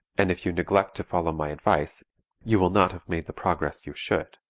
and if you neglect to follow my advice you will not have made the progress you should,